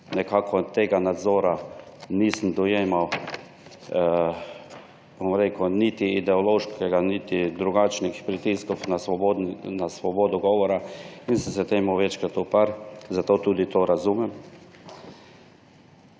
nekako tega nadzora nisem dojemal, niti ideološkega niti drugačnih pritiskov na svobodo govora, in sem se temu večkrat uprl, zato tudi to razumem.